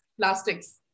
plastics